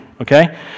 Okay